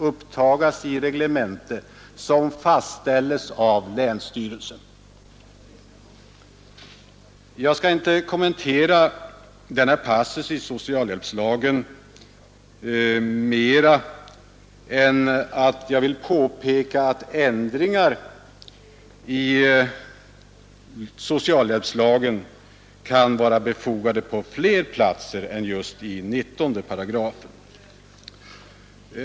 Jag skall inte kommentera denna passus i socialhjälpslagen mer än att jag vill påpeka att ändringar i socialhjälpslagen kan vara befogade på flera håll än just i 19 8.